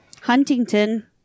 Huntington